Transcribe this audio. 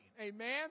Amen